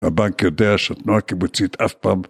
הבנק יודע שהתנועה הקיבוצית אף פעם